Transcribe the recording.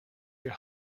your